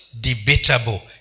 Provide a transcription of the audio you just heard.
debatable